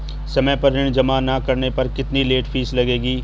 समय पर ऋण जमा न करने पर कितनी लेट फीस लगेगी?